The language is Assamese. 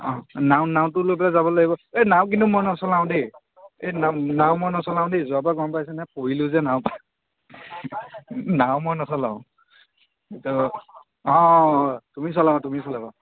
অহ নাও নাওটো লৈ পেলাই যাব লাগিব এই নাও কিন্তু মই নচলাও দেই এই নাও মই নচলাও দেই যোৱা বাৰ গম পাইছানে পৰিলোঁ যে নাৱৰ পৰা নাও মই নচলাও অ' অ' তুমি চলাবা তুমি চলাবা